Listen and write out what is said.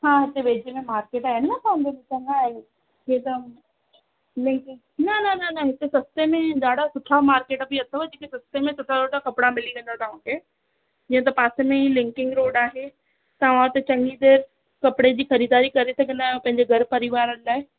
हा हिते वेझे में मार्केट आहे न साम्हूं न न न न हिते सस्ते में ॾाढा सुठा मार्केट बि अथव जिते सस्ते में सुठा सुठा कपड़ा मिली वेंदव तव्हां खे जीअं त पासे में लिंकिंग रोड आहे तव्हां उते चङी देर कपड़े जी ख़रीदारी करे सघंदा आहियो पंहिंजे घर परिवार लाइ